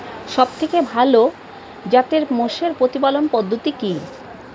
সবথেকে ভালো জাতের মোষের প্রতিপালন পদ্ধতি কি?